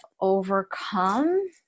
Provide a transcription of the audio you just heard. overcome